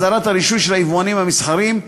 הסדרת הרישוי של היבואנים המסחריים,